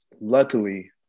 Luckily